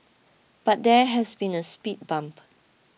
but there has been a speed bump